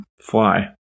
fly